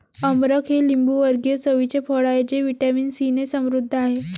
अमरख हे लिंबूवर्गीय चवीचे फळ आहे जे व्हिटॅमिन सीने समृद्ध आहे